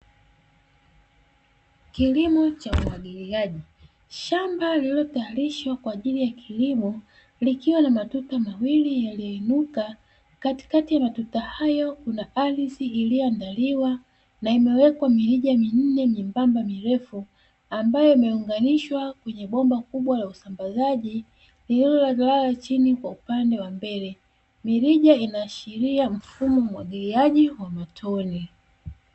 Kilimo cha umwagiliaji, shamba lililotayarishwa kwa ajili ya kilimo likiwa la matuta mawili yaliyoinuka. Katikati ya matuta hayo kuna ardhi iliyoandaliwa na imewekwa mirija minne myembamba mirefu, ambayo imeunganishwa kwenye bomba kubwa la usambazaji lililolala chini kwa upande wa mbele. Mirija inaashiria mfumo mwagiliaji wa matone.